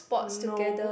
no